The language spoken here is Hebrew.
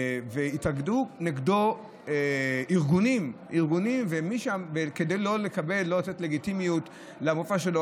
והתאגדו נגדו ארגונים כדי לא לתת לגיטימיות למופע שלו.